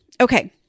Okay